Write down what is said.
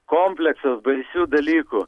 kompleksas baisių dalykų